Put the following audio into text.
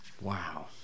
Wow